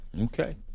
Okay